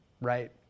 right